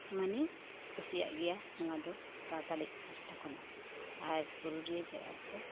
ᱢᱟᱱᱮ ᱠᱩᱥᱤᱭᱟᱜ ᱜᱮᱭᱟ ᱱᱚᱣᱟ ᱫᱚ ᱥᱟᱶᱛᱟᱞᱤ ᱯᱟᱥᱴᱟ ᱠᱷᱚᱱᱟᱜ ᱟᱨ ᱯᱩᱨᱩᱞᱤᱭᱟᱹ ᱡᱮᱞᱟ ᱨᱮᱫᱚ